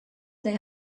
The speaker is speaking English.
their